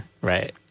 right